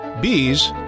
Bees